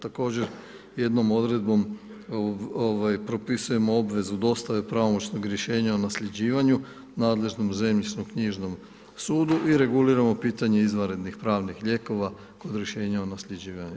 Također jednom odredbom propisujem obvezu dostave pravomoćnog rješenja o nasljeđivanju nadležnom zemljišno knjižnom sudu i reguliramo pitanje izvanrednih pravnih lijekova kod rješenja o nasljeđivanju.